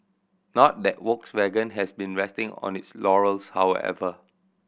not that Volkswagen has been resting on its laurels however